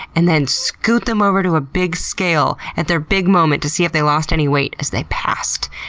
and then scoot them over to a big scale at their big moment to see if they lost any weight as they passed.